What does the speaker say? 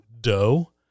dough